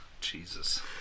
Jesus